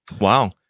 wow